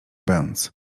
bęc